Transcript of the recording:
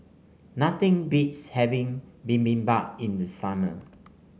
nothing beats having Bibimbap in the summer